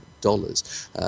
dollars